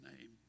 name